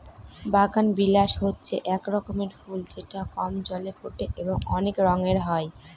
বাগানবিলাস হচ্ছে এক রকমের ফুল যেটা কম জলে ফোটে এবং অনেক রঙের হয়